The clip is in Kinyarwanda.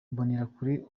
mbonerakure